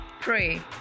pray